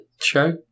show